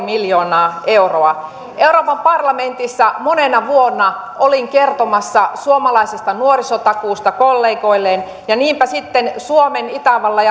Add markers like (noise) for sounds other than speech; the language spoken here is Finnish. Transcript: (unintelligible) miljoonaa euroa euroopan parlamentissa monena vuonna olin kertomassa suomalaisesta nuorisotakuusta kollegoilleni ja niinpä sitten suomen itävallan (unintelligible)